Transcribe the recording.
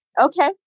Okay